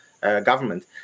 government